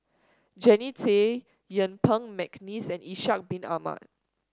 Jannie Tay Yuen Peng McNeice and Ishak Bin Ahmad